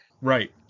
Right